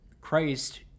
Christ